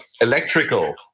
electrical